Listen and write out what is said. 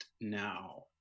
now